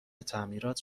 تعمیرات